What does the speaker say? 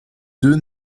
deux